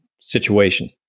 situation